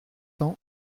cents